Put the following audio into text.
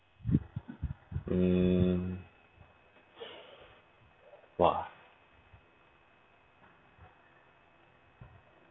mm !wah!